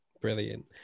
brilliant